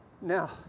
Now